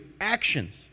actions